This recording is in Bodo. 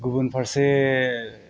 गुबुन फारसे